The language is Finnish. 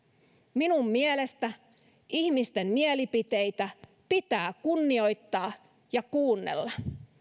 minun mielestäni ihmisten mielipiteitä pitää kunnioittaa ja kuunnella